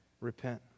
repent